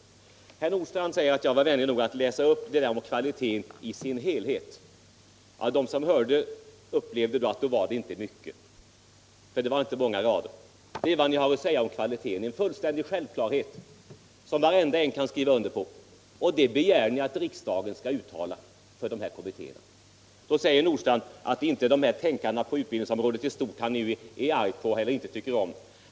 Herr Nordstrandh säger att jag var vänlig nog att läsa upp det där om kvalitet i sin helhet. De som lyssnade på den uppläsningen märkte säkert att det inte var många rader. Det är vad ni har att säga om kvaliteten, en fullständig självklarhet som alla kan skriva under på. Det begär ni att riksdagen skall uttala för organisationskommittéerna! Vidare talade herr Nordstrandh om de där tänkarna som han är så arg på eller som han inte tycker om.